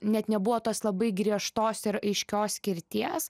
net nebuvo tos labai griežtos ir aiškios skirties